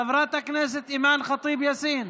חברת הכנסת אימאן ח'טיב יאסין,